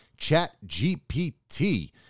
ChatGPT